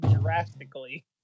drastically